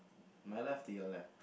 my left to your left